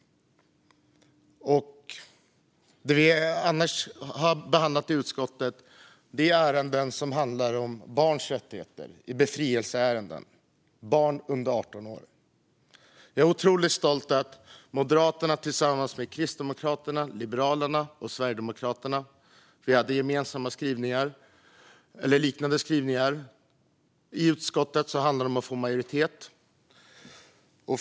Annat som vi har behandlat i utskottet är ärenden om barns rättigheter och befrielseärenden. Det handlar om barn under 18 år. Jag är otroligt stolt över Moderaterna tillsammans med Kristdemokraterna, Liberalerna och Sverigedemokraterna. Vi hade liknande skrivningar. I utskottet handlar det om att få majoritet.